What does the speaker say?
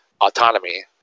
autonomy